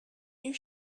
you